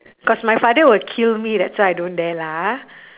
cause my father will kill me that's why I don't dare lah ha